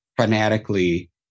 fanatically